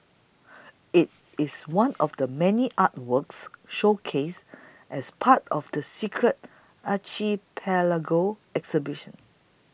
it is one of the many artworks showcased as part of the Secret Archipelago exhibition